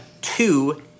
two